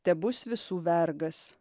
tebus visų vergas